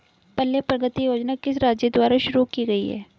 पल्ले प्रगति योजना किस राज्य द्वारा शुरू की गई है?